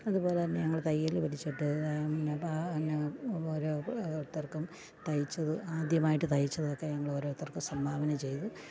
അതു പോലെ തന്നെ ഞങ്ങൾ തയ്യൽ പഠിച്ചിട്ട് പാ എന്നാൽ ഓരോ ത്തർക്കും തൈച്ചത് ആദ്യമായിട്ടു തയ്ച്ചതൊക്കെ ഞങ്ങളോരോരുത്തർക്ക് സംഭാവന ചെയ്തു